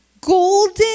golden